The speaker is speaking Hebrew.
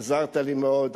עזרת לי מאוד.